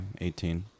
18